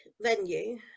venue